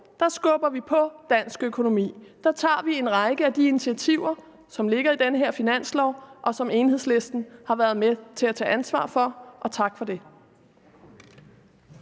skubber vi på dansk økonomi, der tager vi en række af de initiativer, som ligger i den her finanslov, og som Enhedslisten har været med til at tage ansvar for. Og tak for det.